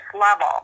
level